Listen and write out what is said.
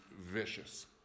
vicious